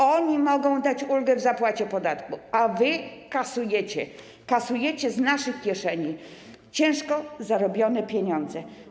Oni mogą dać ulgę w zapłacie podatku, a wy kasujecie, kasujecie z naszych kieszeni ciężko zarobione pieniądze.